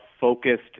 focused